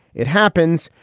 it happens.